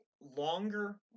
longer